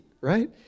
right